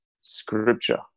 scripture